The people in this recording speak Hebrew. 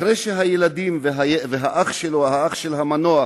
אחרי שהילדים והאח של המנוח,